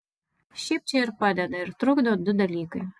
šiaip čia ir padeda ir trukdo du dalykai